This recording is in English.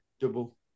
double